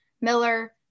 Miller